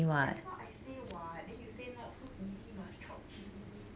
that's why I say what then you say not so easy must chop chilli